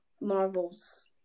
Marvel's